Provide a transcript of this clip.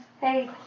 Hey